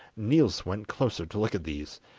niels went closer to look at these,